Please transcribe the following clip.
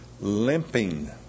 limping